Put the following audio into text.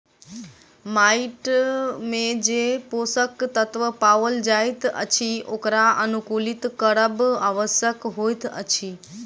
माइट मे जे पोषक तत्व पाओल जाइत अछि ओकरा अनुकुलित करब आवश्यक होइत अछि